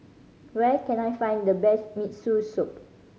where can I find the best Miso Soup